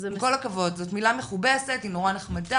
עם כל הכבוד, זאת מילה מכובסת, היא נורא נחמדה,